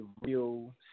real